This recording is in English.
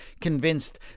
convinced